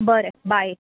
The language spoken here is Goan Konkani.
बरें बाय